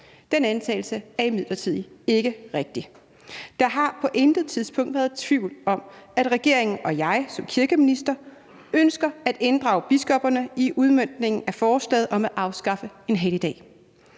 Den antagelse er imidlertid ikke rigtig. Der har på intet tidspunkt været tvivl om, at regeringen og jeg som kirkeminister ønsker at inddrage biskopperne i udmøntningen af forslaget om at afskaffe en helligdag.